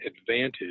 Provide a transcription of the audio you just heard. advantage